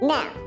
Now